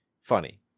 funny